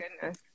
goodness